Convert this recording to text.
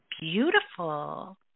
Beautiful